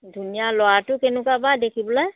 ধুনীয়া ল'ৰাটো কেনেকুৱা বা দেখিবলৈ